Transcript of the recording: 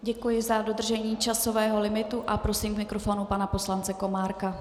Děkuji za dodržení časového limitu a prosím k mikrofonu pana poslance Komárka.